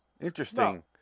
interesting